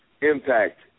impact